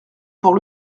pour